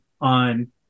on